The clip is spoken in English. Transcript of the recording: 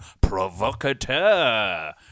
provocateur